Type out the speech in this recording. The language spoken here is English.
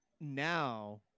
now